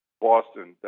Boston